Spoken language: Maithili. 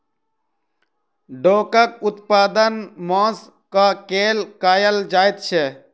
डोकाक उत्पादन मौंस क लेल कयल जाइत छै